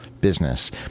business